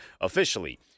officially